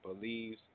believes